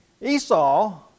Esau